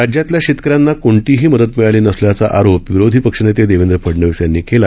राज्यातल्या शेतकऱ्यांना कोणतीही मदत मिळाली नसल्याचा आरोप विरोधी पक्षनेते देवेंद्र फडनवीस यांनी केला